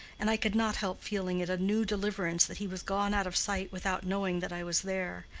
and i could not help feeling it a new deliverance that he was gone out of sight without knowing that i was there.